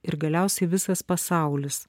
ir galiausiai visas pasaulis